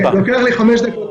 לוקח לי חמש דקות.